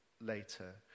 later